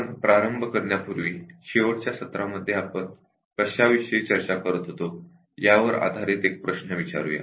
आपण प्रारंभ करण्यापूर्वी शेवटच्या सत्रामध्ये आपण कशाविषयी चर्चा करीत होतो यावर आधारित एक प्रश्न विचारूया